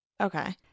Okay